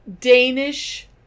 Danish